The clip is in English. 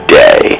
day